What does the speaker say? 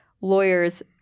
lawyers